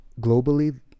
globally